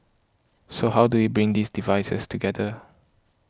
so how do you bring these devices together